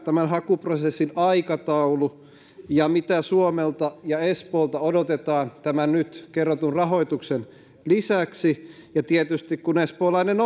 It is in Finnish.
tämän hakuprosessin aikataulu on ja mitä suomelta ja espoolta odotetaan tämän nyt kerrotun rahoituksen lisäksi tietysti kun espoolainen